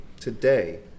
today